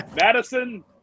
Madison